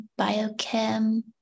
biochem